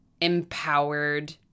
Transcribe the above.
empowered